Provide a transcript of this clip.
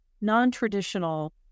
non-traditional